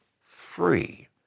free